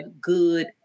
good